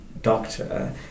doctor